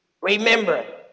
Remember